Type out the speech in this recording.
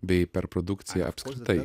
bei perprodukciją apskritai